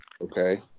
Okay